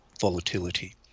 volatility